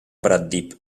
pratdip